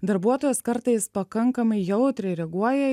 darbuotojas kartais pakankamai jautriai reaguoja